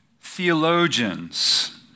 theologians